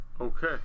Okay